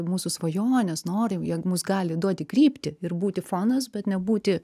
mūsų svajonės norai jie mus gali duoti kryptį ir būti fonas bet nebūti